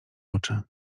oczy